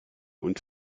und